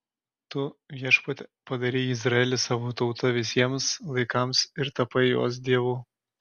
tu viešpatie padarei izraelį savo tauta visiems laikams ir tapai jos dievu